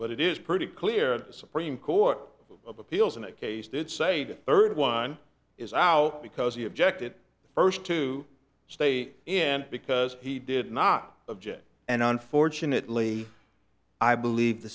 but it is pretty clear that the supreme court of appeals in a case did say that third one is out because he objected first to stay in because he did not object and unfortunately i believe the